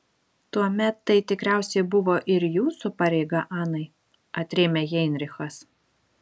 tuomet tai tikriausiai buvo ir jūsų pareiga anai atrėmė heinrichas